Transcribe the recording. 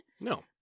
No